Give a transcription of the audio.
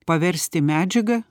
paversti medžiaga